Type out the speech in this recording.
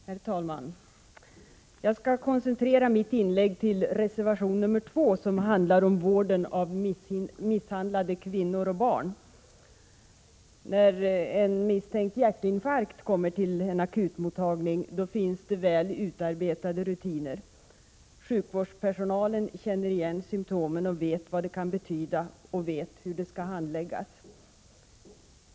Herr talman! Jag skall koncentrera mitt inlägg till reservation nr 2, som handlar om vården av misshandlade kvinnor och barn. När en patient med misstänkt hjärtinfarkt kommer till en akutmottagning finns väl utarbetade rutiner. Sjukvårdspersonalen känner igen symtomen, vet vad de kan betyda och vet hur de skall behandlas.